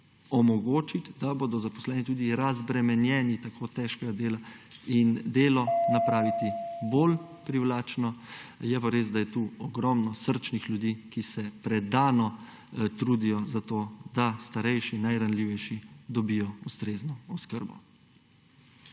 omogočiti, da bodo zaposleni tudi razbremenjeni tako težkega dela, in delo napraviti bolj privlačno. Je pa res, da je tukaj ogromno srčnih ljudi, ki se predano trudijo za to, da starejši, najranljivejši dobijo ustrezno oskrbo.